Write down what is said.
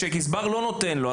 אחרי שהגזבר לא נותן לו.